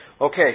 Okay